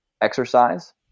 exercise